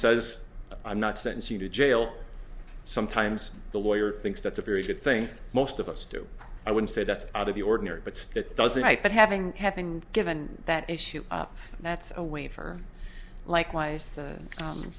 says i'm not sentence you to jail sometimes the lawyer thinks that's a very good thing most of us do i would say that's out of the ordinary but that doesn't make that having having given that issue up that's a way for likewise